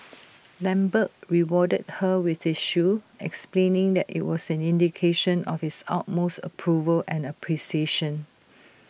lambert rewarded her with his shoe explaining that IT was an indication of his utmost approval and appreciation